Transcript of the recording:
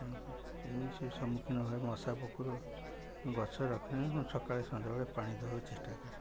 ଏମିତି ସବୁ ସମ୍ମୁଖୀନ ଭଏ ମଶା ପଖର ଗଛ ରଖିବାକୁ ମୁଁ ସକାଳେ ସଂଧ୍ୟାବେଳେ ପାଣି ଦବାକୁ ଚେଷ୍ଟା କରେ